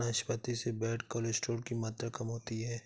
नाशपाती से bad cholesterol की मात्रा कम होती है